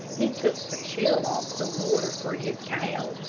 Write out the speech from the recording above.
he took the chill off the water for his cows,